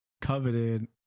coveted